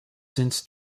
since